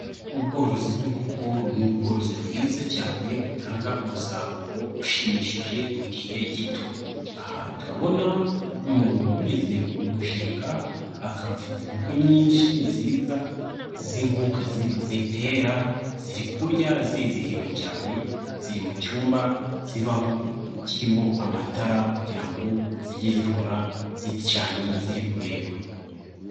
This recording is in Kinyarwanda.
Ubworozi bw'inkoko n'ubworozi bwiza cyane butanga umusaruro ushimishije mu gihe gito, aha turabona umuntu wabigize umunshinga akaba afite inkoko nyinshi nziza z'inkokokazi zitera, ziri kurya zizihiwe cyane, ziri mu cyumba zibamo kirimo amatara kugira ngo zige zihora zicanye ziri kureba.